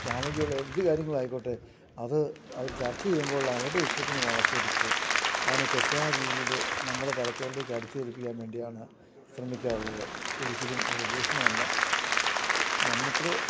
സാമൂഹ്യവുമുള്ള എന്തു കാര്യങ്ങളും ആയിക്കോട്ടെ അത് അവര് ചർച്ച ചെയ്യുമ്പോള് അവരുടെ ഇഷ്ടത്തിനു വളച്ചൊടിച്ച് അതിനെ തെറ്റായ രീതിയില് നമ്മുടെ തലച്ചോറിലേക്ക് അടിച്ചേല്പ്പിക്കാൻ വേണ്ടിയാണ് ശ്രമിക്കാറുള്ളത് ഒരിക്കലും അത് ഭൂഷണമല്ല നമുക്ക്